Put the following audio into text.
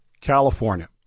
california